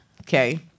Okay